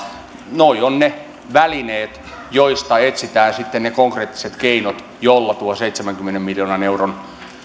nämä ovat ne välineet joista etsitään sitten ne konkreettiset keinot joilla tuo seitsemänkymmenen miljoonan euron